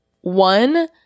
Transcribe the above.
One